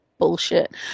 Bullshit